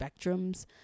spectrums